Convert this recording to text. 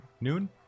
noon